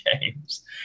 games